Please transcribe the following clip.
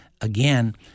Again